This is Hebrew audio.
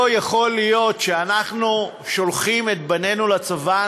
לא יכול להיות שאנחנו שולחים את בנינו לצבא,